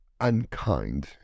unkind